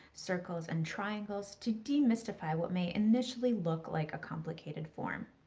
circles, and triangles to demystify what may initially look like a complicated form.